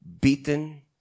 beaten